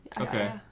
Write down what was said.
Okay